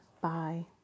Bye